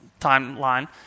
timeline